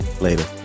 Later